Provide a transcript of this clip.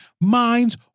minds